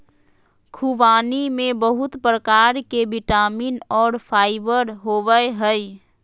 ख़ुबानी में बहुत प्रकार के विटामिन और फाइबर होबय हइ